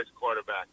quarterback